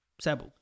Sabu